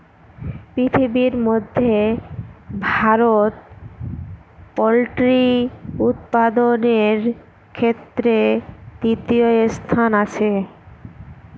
পৃথিবীর মধ্যে ভারত পোল্ট্রি উৎপাদনের ক্ষেত্রে তৃতীয় স্থানে আছে